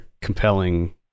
compelling